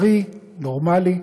בריא, נורמלי.